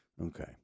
Okay